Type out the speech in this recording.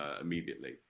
immediately